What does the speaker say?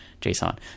JSON